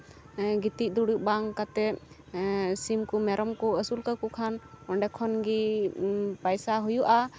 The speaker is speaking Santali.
ᱜᱤᱛᱤᱡ ᱫᱩᱲᱩᱵ ᱵᱟᱝ ᱠᱟᱛᱮᱫ ᱥᱤᱢ ᱠᱚ ᱢᱮᱨᱚᱢ ᱠᱚ ᱟᱹᱥᱩᱞ ᱠᱟᱠᱚ ᱠᱷᱟᱱ ᱚᱸᱰᱮ ᱠᱷᱚᱱᱜᱮ ᱯᱟᱭᱥᱟ ᱦᱩᱭᱩᱜᱼᱟ